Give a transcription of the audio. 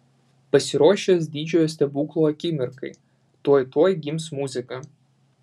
pasiruošęs didžiojo stebuklo akimirkai tuoj tuoj gims muzika